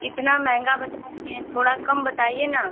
इतना महंगा बता रही हैं थोड़ा कम बताइए न